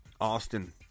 Austin